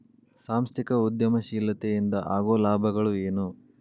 ಸಾಂಸ್ಥಿಕ ಉದ್ಯಮಶೇಲತೆ ಇಂದ ಆಗೋ ಲಾಭಗಳ ಏನು